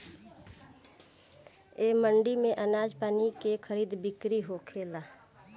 ए मंडी में आनाज पानी के खरीद बिक्री होखेला